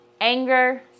Anger